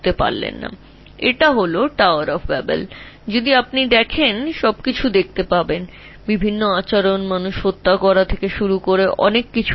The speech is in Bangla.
তুমি যদি এটি দেখ দেখবে সমস্ত কিছু উপস্থিত আছে বিভিন্ন আচরণ হত্যা থেকে সুরু করে তারা অনেক কিছু করে